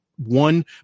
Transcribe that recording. One